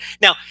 now